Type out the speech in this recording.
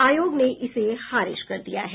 आयोग ने इसे खारिज कर दिया है